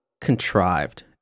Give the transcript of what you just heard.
contrived